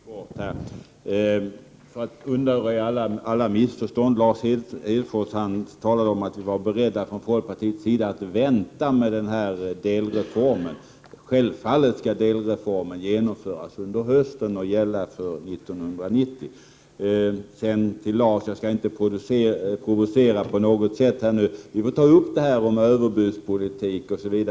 Fru talman! Helt kort för att undanröja alla missförstånd! Lars Hedfors sade att vi från folkpartiets sida var beredda att vänta med denna delreform. Självfallet skall delreformen genomföras under hösten och gälla för 1990. Jag skall inte på något sätt provocera Lars Hedfors. Vi får senare ta upp detta om överbudspolitik osv.